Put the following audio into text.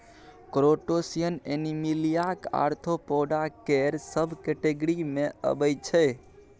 crustacean एनीमिलियाक arthropoda केर सब केटेगिरी मे अबै छै